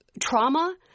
trauma